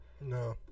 No